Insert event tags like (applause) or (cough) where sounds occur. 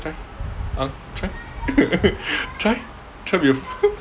try ang try (laughs) try try be a fool